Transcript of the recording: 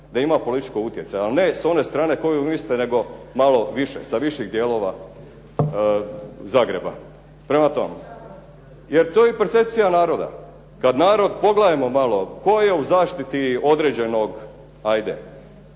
Da ima političkog utjecaja. A ne s one strane koju vi mislite, nego malo više sa viših dijelova Zagreba. Prema tome, jer to je percepcija naroda. Kada narod, pogledajmo malo tko je u zaštiti određenog ajde